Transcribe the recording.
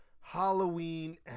Halloween